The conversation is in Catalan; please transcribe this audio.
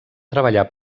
treballar